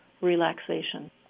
relaxation